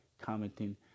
commenting